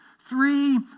three